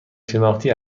شناختی